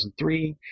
2003